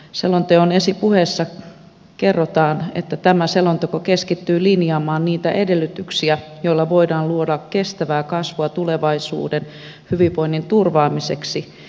selonteon esipuheessa kerrotaan että tämä selonteko keskittyy linjaamaan niitä edellytyksiä joilla voidaan luoda kestävää kasvua tulevaisuuden hyvinvoinnin turvaamiseksi